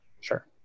Sure